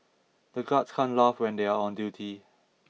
the guards can't laugh when they are on duty